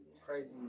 crazy